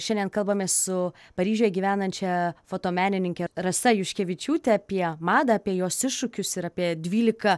šiandien kalbamės su paryžiuje gyvenančia fotomenininke rasa juškevičiūte apie madą apie jos iššūkius ir apie dvylika